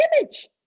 image